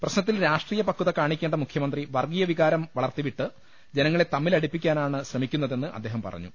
പ്രശ്നത്തിൽ രാഷ്ട്രീയ പകത കാണിക്കേണ്ട മുഖ്യമന്ത്രി വർഗ്ഗീയ വികാരം വളർത്തിവിട്ട് ജനങ്ങളെ തമ്മിലടിപ്പിക്കാനാണ് ശ്രമിക്കുന്നതെന്ന് അദ്ദേഹം പറഞ്ഞു